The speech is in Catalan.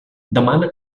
demana